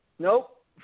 Nope